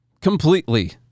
Completely